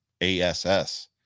ASS